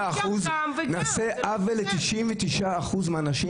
נעשה עוול ל-99% מן האנשים.